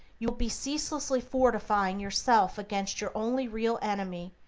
you will be ceaselessly fortifying yourself against your only real enemy,